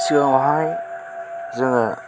सिगाङावहाय जोङो